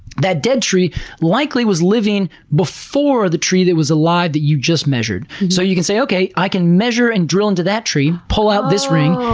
that dead tree likely was living before the tree that was alive that you just measured. so you can say, okay, i can measure and drill into that tree, pull out this ring,